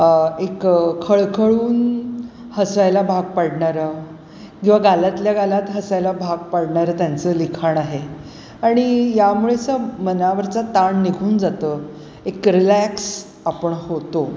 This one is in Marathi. एक एक खळखळून हसवायला भाग पाडणारं किंवा गालातल्या गालात हसायला भाग पाडणारं त्यांचं लिखाण आहे आणि यामुळेचं मनावरचा ताण निघून जातं एक रिलॅक्स आपण होतो